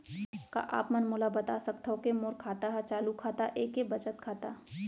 का आप मन मोला बता सकथव के मोर खाता ह चालू खाता ये के बचत खाता?